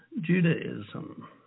Judaism